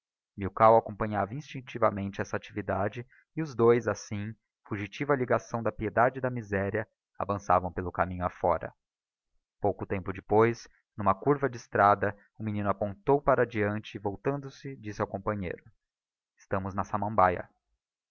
esperto milkau acompanhava instinctivamente essa actividade e os dois assim fugitiva ligação da piedade e da miséria avançavam pelo caminho afora pouco tempo depois n'uma curva da estrada o menino apontou para deante e voltando-se disse ao companheiro estamos na samambaia